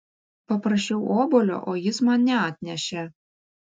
paprašiau obuolio o jis man neatnešė